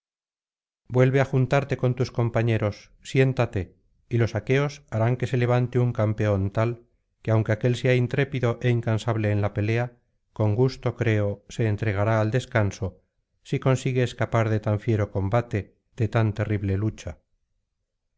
vuelve á juntarte con tus compañeros siéntate y los aqueos harán que se levante un campeón tal que aunque aquél sea intrépido é incansable en la pelea con gusto creo se entregará al descanso si consigue escapar de tan fiero combate de tan terrible lucha